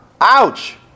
Ouch